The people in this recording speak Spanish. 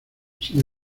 sin